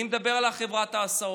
אני מדבר על חברת ההסעות.